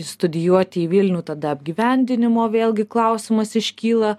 studijuoti į vilnių tada apgyvendinimo vėlgi klausimas iškyla